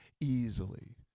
easily